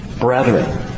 brethren